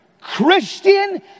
christian